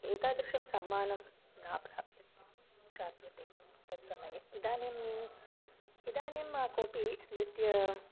एतादृशं सम्मानं न प्राप्यत् प्राप्यते तत्समये इदानीम् इदानीं कोपि नृत्यं